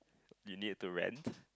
you need to rant